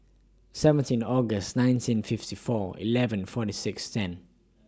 seventeen August nineteen fifty four eleven forty six ten